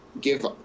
give